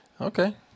Okay